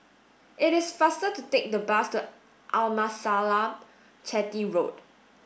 it is faster to take the bus to Amasalam Chetty Road